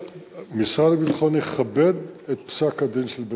משרד הביטחון יכבד את פסק-הדין של בית-המשפט.